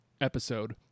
episode